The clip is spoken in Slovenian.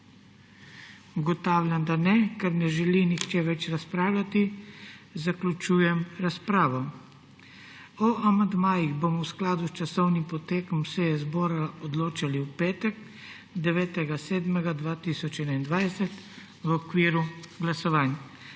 Ugotavljam, da ne. Ker ne želi nihče več razpravljati, zaključujem razpravo. O amandmajih bomo v skladu s časovnim potekom seje zbora odločali v petek, 9. 7. 2021, v okviru glasovanj.